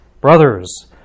brothers